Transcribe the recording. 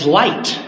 light